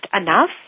enough